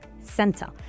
center